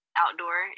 outdoor